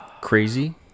Crazy